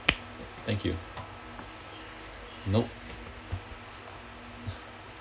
thank you nope